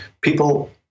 People